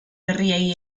berriei